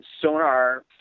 sonar